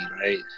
right